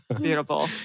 Beautiful